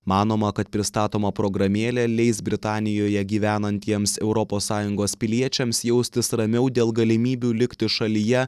manoma kad pristatoma programėlė leis britanijoje gyvenantiems europos sąjungos piliečiams jaustis ramiau dėl galimybių likti šalyje